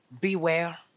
beware